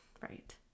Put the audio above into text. Right